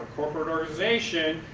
corporate organization,